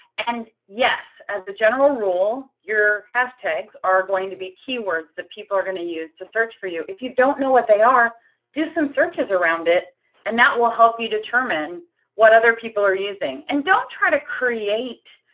and yes as the general rule, your hashtags are going to be keywords that people are going to use to search for you. if you don't know what they are do some searches around it and that will help you determine what other people are using and don't try to create.